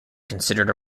considered